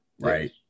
Right